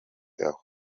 aho